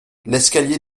l’escalier